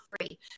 free